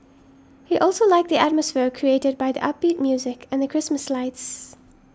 he also liked the atmosphere created by the upbeat music and the Christmas lights